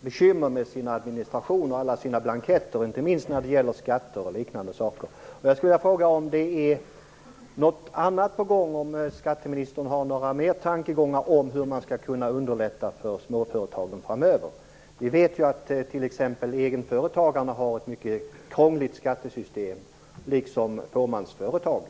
bekymmer med sin administration och alla sina blanketter, inte minst när det gäller skatter och liknande. Jag skulle vilja fråga om skatteministern har några andra tankar om hur man skulle kunna underlätta för småföretagen framöver. Vi vet ju att t.ex. egenföretagarna har ett mycket krångligt skattesystem, liksom fåmansföretagen.